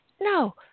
No